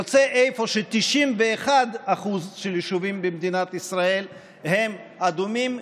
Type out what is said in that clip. יוצא אפוא ש-91% מהיישובים במדינת ישראל הם אדומים,